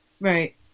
Right